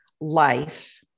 life